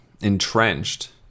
entrenched